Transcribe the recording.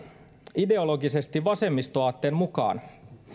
ideologisesti vasemmistoaatteen mukaan